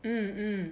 mm mm